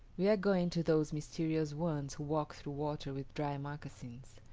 we are going to those mysterious ones who walk through water with dry moccasins.